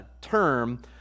term